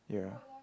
yeah